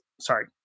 sorry